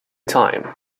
time